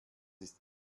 ist